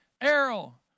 Errol